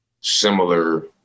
similar